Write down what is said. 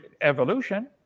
evolution